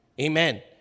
Amen